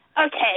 Okay